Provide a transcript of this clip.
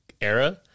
era